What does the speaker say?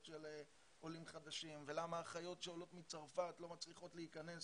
של עולים חדשים ולמה אחיות שעולות מצרפת לא מצליחות להיכנס